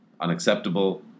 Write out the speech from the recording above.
unacceptable